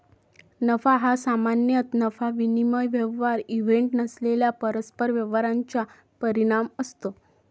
नफा हा सामान्यतः नफा विनिमय व्यवहार इव्हेंट नसलेल्या परस्पर व्यवहारांचा परिणाम असतो